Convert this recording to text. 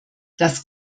das